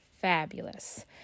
fabulous